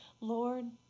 Lord